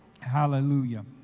Hallelujah